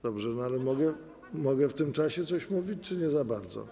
Dobrze, ale mogę w tym czasie coś mówić czy nie za bardzo?